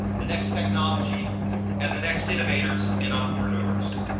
the next technology and the next innovators and entrepreneurs.